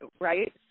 Right